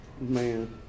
Man